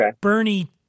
Bernie